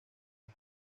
las